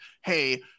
hey